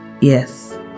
Yes